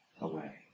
away